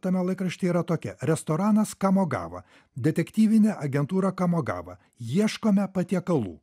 tame laikraštyje yra tokia restoranas kamogava detektyvinė agentūra kamogava ieškome patiekalų